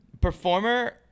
performer